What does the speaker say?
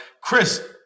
Chris